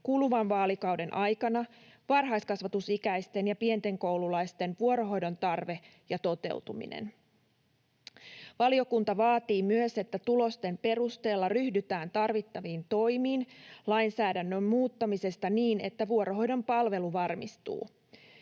kuluvan vaalikauden aikana varhaiskasvatusikäisten ja pienten koululaisten vuorohoidon tarve ja toteutuminen. Valiokunta vaatii myös, että tulosten perusteella ryhdytään tarvittaviin toimiin lainsäädännön muuttamiseksi niin, että vuorohoidon palvelu varmistuu.